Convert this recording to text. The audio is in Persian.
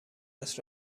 است